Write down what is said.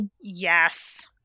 Yes